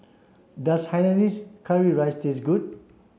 does Hainanese curry rice taste good